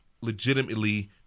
legitimately